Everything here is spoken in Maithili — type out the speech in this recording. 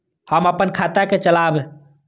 हम अपन खाता के चलाब?